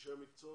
אנשי המקצוע?